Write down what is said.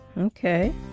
Okay